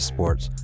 Sports